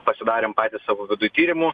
pasidarėm patys savo tyrimų